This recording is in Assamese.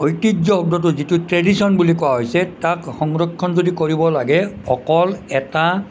ঐতিহ্য শব্দটো যিটো ট্ৰেডিচন বুলি কোৱা হৈছে তাক সংৰক্ষণ যদি কৰিব লাগে অকল এটা